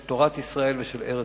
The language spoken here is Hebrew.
של תורת ישראל ושל ארץ-ישראל.